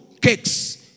cakes